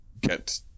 get